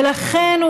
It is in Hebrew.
ולכן,